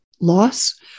loss